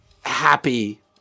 happy